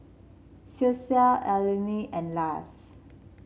Cecile Alene and Lars